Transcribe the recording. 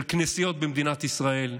של כנסיות במדינת ישראל,